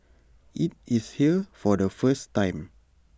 IT is here for the first time